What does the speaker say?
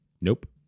Nope